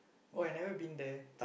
oh I never been there